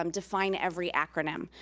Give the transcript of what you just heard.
um define every acronym.